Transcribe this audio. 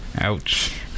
Ouch